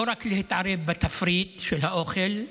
לא רק להתערב בתפריט של האוכל,